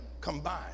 combined